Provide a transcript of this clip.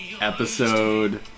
episode